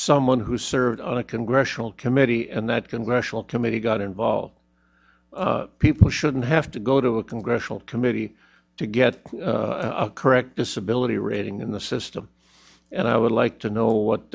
someone who served on a congressional committee and then congressional committee got involved people shouldn't have to go to a congressional committee to get a correct disability rating in the system and i would like to know what